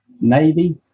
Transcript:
Navy